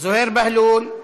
זוהיר בהלול,